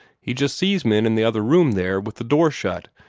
he just sees men in the other room there, with the door shut,